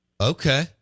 Okay